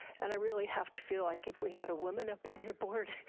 and i really have to feel like if we had a woman up on your board,